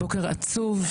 בוקר עצוב.